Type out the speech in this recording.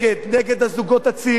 נגד הזוגות הצעירים,